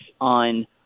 on